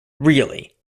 really